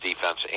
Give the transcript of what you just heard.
defense